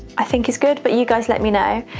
i think is good but you guys let me know.